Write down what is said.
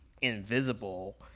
invisible